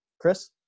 Chris